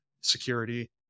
security